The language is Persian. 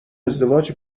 ازدواج